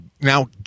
now